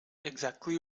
exactly